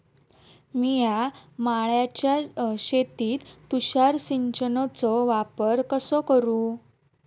मिया माळ्याच्या शेतीत तुषार सिंचनचो वापर कसो करू?